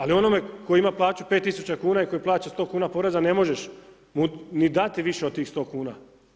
Ali onome koji ima plaću 5000 kuna i koji plaća 100 kn poreza ne možeš mu ni dati više od tih 100 kn.